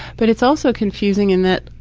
but it's also confusing in that,